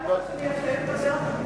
אני מבטיחה לך שכשאני אסיים לדבר אתה תדע.